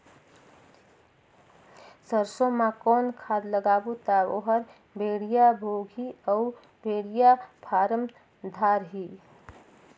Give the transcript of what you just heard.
सरसो मा कौन खाद लगाबो ता ओहार बेडिया भोगही अउ बेडिया फारम धारही?